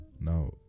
now